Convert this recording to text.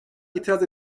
itiraz